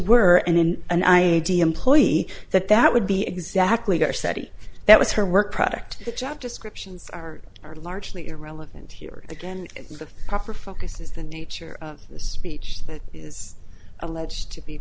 were and in an i e d employee that that would be exactly or saudi that was her work product job descriptions are are largely irrelevant here again the proper focus is the nature of this speech that is alleged to be